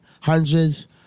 hundreds